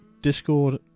Discord